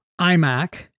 iMac